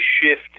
shift